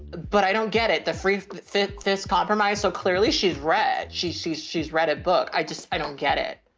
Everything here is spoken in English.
but i don't get it. the free fit, this compromise. so clearly she's red. she's, she's, she's read a book. i just, i don't get it.